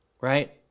right